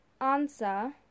answer